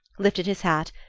lifted his hat,